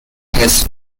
his